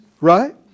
Right